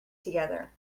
together